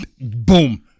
Boom